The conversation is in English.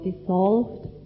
dissolved